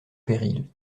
périls